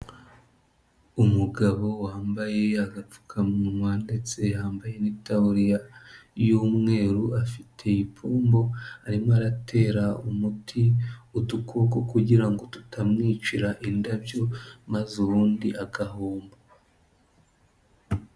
Umugabo wambaye agapfukamunwa ndetse yambaye n'itaburiya y'umweru, afite ipumbo arimo aratera umuti, udukoko kugira ngo tutamwicira indabyo maze ubundi agahomba.